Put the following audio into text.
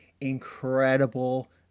incredible